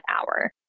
hour